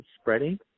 spreading